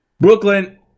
Brooklyn